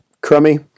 crummy